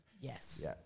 Yes